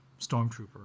Stormtrooper